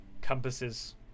compasses